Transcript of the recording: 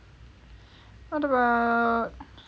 what about